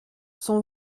son